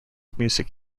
music